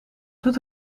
doet